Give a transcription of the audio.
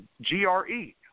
G-R-E